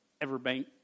Everbank